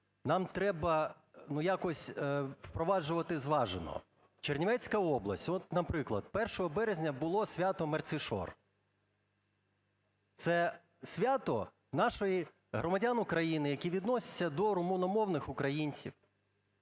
нам треба, ну, якось впроваджувати зважено. Чернівецька область. От, наприклад, 1 березня було святоМерцішор. Це свято наших громадян України, які відносяться до румуномовних українців.